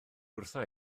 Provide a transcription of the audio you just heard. wrtha